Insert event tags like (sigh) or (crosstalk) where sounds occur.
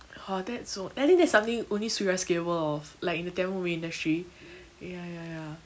(noise) that's so I think that's something only surya's capable of like in the tamil movie industry ya ya ya